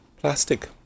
plastic